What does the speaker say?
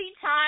time